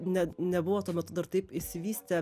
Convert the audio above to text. ne nebuvo tuo metu dar taip išsivystę